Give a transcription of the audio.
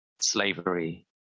slavery